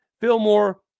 Fillmore